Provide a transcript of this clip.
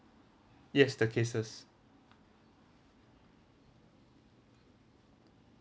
yes the cases